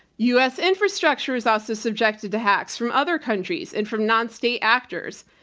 u. s. infrastructure is also subjected to hacks from other countries and from non-state actors.